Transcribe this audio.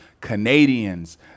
Canadians